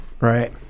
Right